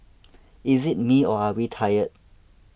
is it me or are we tired